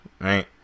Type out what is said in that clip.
right